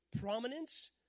Prominence